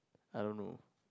I don't know